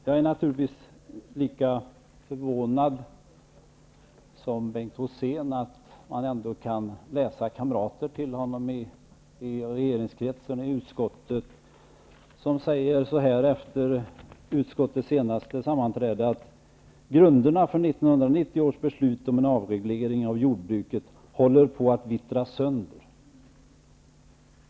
Jag är naturligtvis lika förvånad som Bengt Rosén att man ändå kan läsa uttalanden av kamrater till honom i regeringskretsen och utskottet efter utskottets senaste sammanträde. De säger så här: Grunderna för 1990 års beslut om en avreglering av jordbruket håller på att vittra sönder.